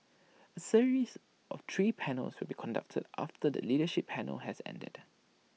A series of three panels will be conducted after the leadership panel has ended